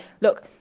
look